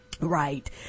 Right